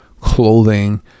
clothing